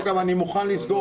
לא, גם אני מוכן לסגור.